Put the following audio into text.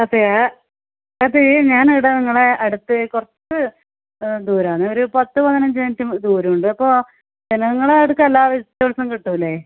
അതെയോ അത് ഞാൻ ഇവിടെ നിങ്ങളുടെ അടുത്ത് കുറച്ച് ദൂരമാണ് ഒരു പത്ത് പതിഞ്ഞഞ്ച് മിനിറ്റ് ദൂരമുണ്ട് അപ്പോൾ നിങ്ങളെ അടുക്കൽ എല്ലാ വെജിറ്റബിൾസും കിട്ടില്ലേ